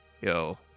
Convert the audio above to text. Yo